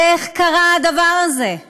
איך קרה הדבר הזה?